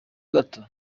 gato